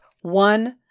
one